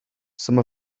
some